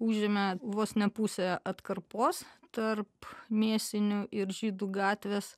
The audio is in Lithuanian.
užėmė vos ne pusę atkarpos tarp mėsinių ir žydų gatvės